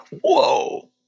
whoa